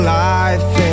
life